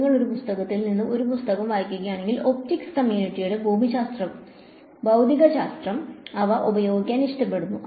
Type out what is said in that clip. നിങ്ങൾ ഒരു പുസ്തകത്തിൽ നിന്ന് ഒരു പുസ്തകം വായിക്കുകയാണെങ്കിൽ ഒപ്റ്റിക്സ് കമ്മ്യൂണിറ്റിയുടെ ഭൌതികശാസ്ത്രം അവർ ഉപയോഗിക്കാൻ ഇഷ്ടപ്പെടുന്നു